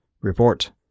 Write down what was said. Report